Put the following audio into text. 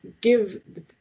give